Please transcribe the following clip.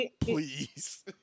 please